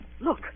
Look